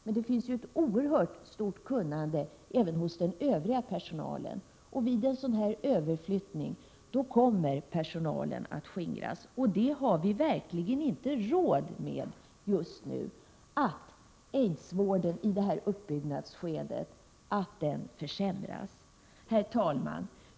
Men det finns ett oerhört stort kunnande även hos den övriga personalen, och vid en överflyttning kommer den personalen att skingras. Och vi har verkligen inte råd att låta aids-vården i det här uppbyggnadsskedet försämras. Herr talman!